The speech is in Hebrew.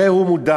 הרי הוא מודח.